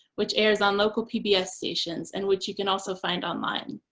which airs on local pbs stations, and which you can also find online.